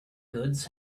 goods